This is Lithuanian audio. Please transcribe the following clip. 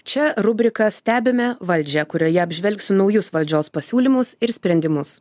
čia rubrika stebime valdžią kurioje apžvelgsiu naujus valdžios pasiūlymus ir sprendimus